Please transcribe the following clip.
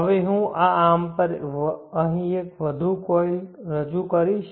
હવે હું આ આર્મ પર અહીં એક વધુ કોઇલ રજૂ કરીશ